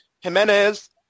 Jimenez